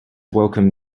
welcomed